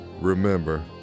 remember